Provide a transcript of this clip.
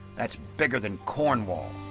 that's bigger than cornwall.